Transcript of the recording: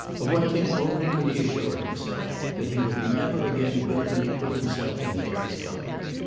of one thing only could he assure himself that he would never again willingly put himself in mary's company.